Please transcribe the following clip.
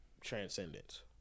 transcendence